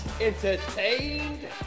entertained